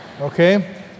Okay